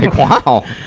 wow!